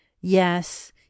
Yes